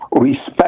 respect